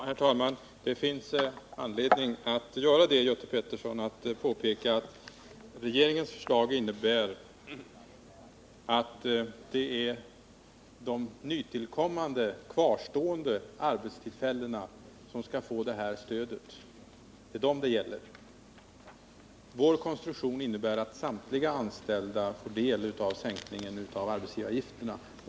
Herr talman! Det finns anledning att påpeka, Göte Pettersson, att regeringens förslag innebär att det är de kvarstående nytillkommande arbetstillfällena som skall få detta stöd. Det är dem det gäller. Vår konstruktion innebär att samtliga anställda får del av sänkningen av arbetsgivaravgifterna.